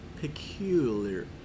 peculiar